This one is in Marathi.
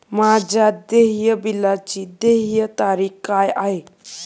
माझ्या देय बिलाची देय तारीख काय आहे?